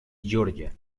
georgia